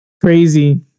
Crazy